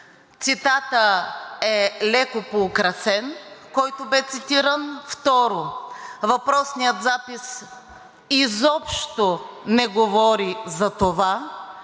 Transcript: Цитатът е леко поукрасен, който бе цитиран. Второ, въпросният запис изобщо не говори за това,